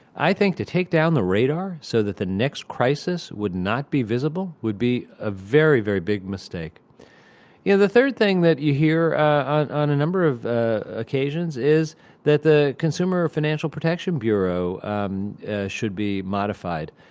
i think to take down the radar so that the next crisis would not be visible would be a very very big mistake yeah the third thing that you hear and on a number of occasions is that the consumer financial protection bureau um should be modified.